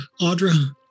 Audra